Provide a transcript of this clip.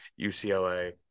UCLA